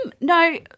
no